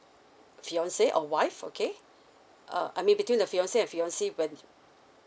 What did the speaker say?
fiance or wife okay uh I mean between the fiance and fiancee when